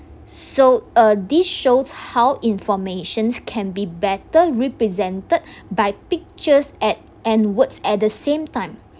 so uh this shows how informations can be better represented by pictures and and words at the same time